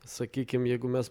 sakykim jeigu mes